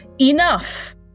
Enough